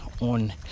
on